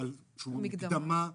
שהוא מקדמה,